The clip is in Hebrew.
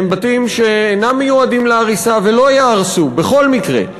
הם בתים שאינם מיועדים להריסה ולא ייהרסו בכל מקרה,